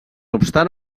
obstant